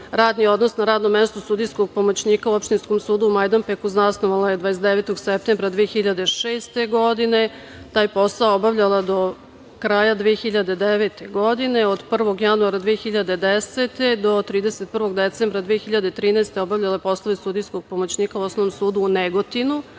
Radni odnos na radnom mestu sudijskog pomoćnika u opštinskom sudu u Majdanpeku zasnovala je 29. septembra 2006. godine. Taj posao je obavljala do kraja 2009. godine. Od 1. januara 2010. do 31. decembra 2013. godine obavljala je poslove sudijskog pomoćnika u Osnovnom sudu u Negotinu.